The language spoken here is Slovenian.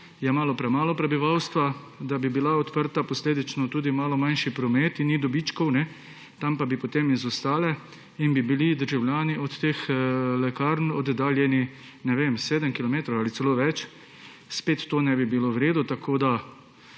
malo premalo prebivalstva, bi bila odprta posledično tudi malo manjši problem in ni dobičkov, tam pa bi potem izostale in bi bili državljani od teh lekarn oddaljeni, ne vem, sedem kilometrov ali celo več, spet to ne bi bilo v redu. Tako da